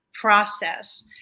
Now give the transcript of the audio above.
process